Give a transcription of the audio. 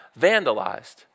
vandalized